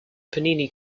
panini